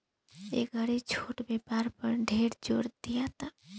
ए घड़ी छोट व्यापार पर ढेर जोर दियाता